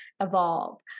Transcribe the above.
evolve